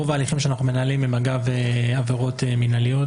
רוב ההליכים שאנחנו מנהלים הם בעבירות מינהליות,